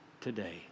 today